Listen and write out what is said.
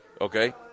okay